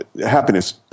happiness